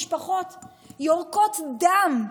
משפחות יורקות דם,